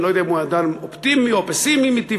אני לא יודע אם הוא אדם אופטימי או פסימי מטבעו,